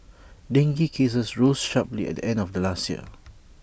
dengue cases rose sharply at the end of last year